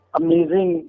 amazing